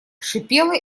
шипела